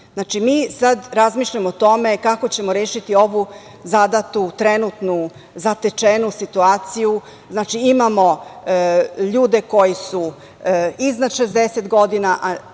Znači, mi sada razmišljamo o tome kako ćemo rešiti ovu zadatu, trenutnu zatečenu situaciju. Znači, imamo ljude koji su iznad 60 godina,